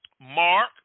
Mark